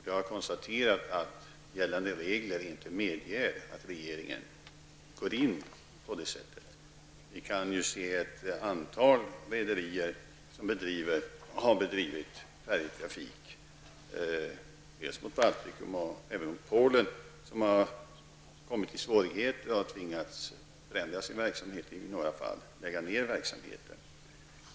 Jag har konstaterat att gällande regler inte medger att regeringen hjälper till på det sättet. Det finns ett antal rederier som har bedrivit färjetrafik mellan Sverige och Baltikum och även mellan Sverige och Polen. En del av dem har hamnat i svårigheter och tvingats förändra sin verksamhet. I några fall har de tvingats lägga ned den.